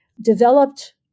developed